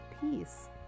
Peace